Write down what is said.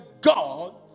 God